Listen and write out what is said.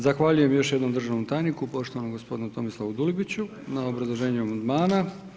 Zahvaljujem još jednom državnom tajniku poštovanom gospodinu Tomislavu Dulibiću na obrazloženju amandmana.